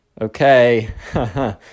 okay